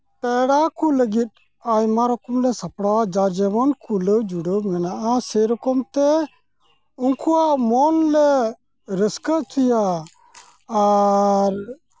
ᱯᱮᱲᱟ ᱠᱚ ᱞᱟᱹᱜᱤᱫ ᱟᱭᱢᱟ ᱨᱚᱠᱚᱢᱞᱮ ᱥᱟᱯᱲᱟᱣᱟ ᱡᱟ ᱡᱮᱢᱚᱱ ᱠᱩᱞᱟᱹᱣᱼᱡᱩᱲᱟᱹᱣ ᱢᱮᱱᱟᱜᱼᱟ ᱥᱮᱨᱚᱠᱚᱢ ᱛᱮ ᱩᱱᱠᱩᱣᱟᱜ ᱢᱚᱱ ᱞᱮ ᱨᱟᱹᱥᱠᱟᱹ ᱚᱪᱚᱭᱟ ᱟᱨ